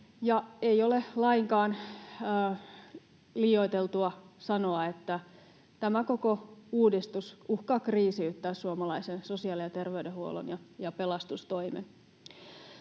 ei ole lainkaan liioiteltua sanoa, että tämä koko uudistus uhkaa kriisiyttää suomalaisen sosiaali- ja terveydenhuollon ja pelastustoimen.